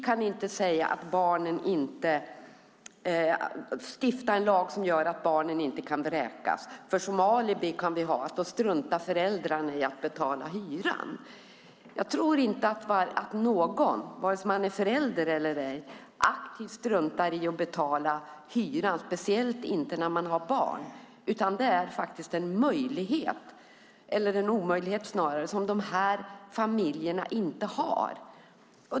Man säger att man inte kan stifta en lag som gör att barn inte kan vräkas, för då har vi som alibi att föräldrarna struntar i att betala hyran. Jag tror inte att någon, vare sig man är förälder eller ej, aktivt struntar i att betala hyran, speciellt inte när man har barn. Snarare är det en möjlighet som de här familjerna inte har.